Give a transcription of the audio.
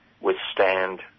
withstand